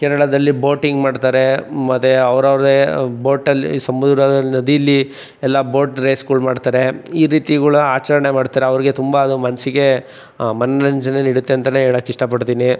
ಕೇರಳದಲ್ಲಿ ಬೋಟಿಂಗ್ ಮಾಡ್ತಾರೆ ಮತ್ತು ಅವ್ರವ್ರದೇ ಬೋಟಲ್ಲಿ ಸಮುದ್ರದ ನದಿಯಲ್ಲಿ ಎಲ್ಲ ಬೋಟ್ ರೇಸ್ಗಳು ಮಾಡ್ತಾರೆ ಈ ರೀತಿಗಳ ಆಚರಣೆ ಮಾಡ್ತಾರೆ ಅವ್ರಿಗೆ ತುಂಬ ಅದು ಮನಸ್ಸಿಗೆ ಮನೋರಂಜನೆ ನೀಡುತ್ತೆ ಅಂತಲೇ ಹೇಳಕ್ ಇಷ್ಟಪಡ್ತೀನಿ